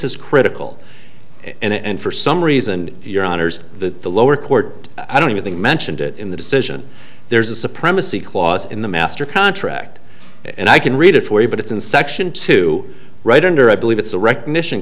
this is critical and for some reason your honour's that the lower court i don't even think mentioned it in the decision there's a supremacy clause in the master contract and i can read it for you but it's in section two right under i believe it's a recognition